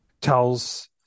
tells